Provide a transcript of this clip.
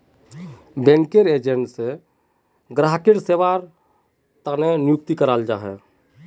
banking agent ग्राहकेर सेवार नियुक्त कराल जा छेक